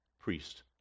priest